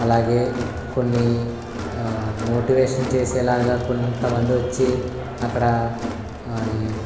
అలాగే కొన్ని మోటివేషన్ చేసేలాగా కొంతమంది వచ్చి అక్కడ